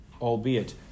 albeit